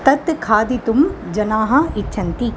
तत् खादितुं जनाः इच्छन्ति